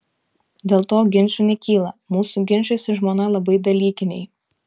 dėl to ginčų nekyla mūsų ginčai su žmona labai dalykiniai